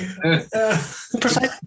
Precisely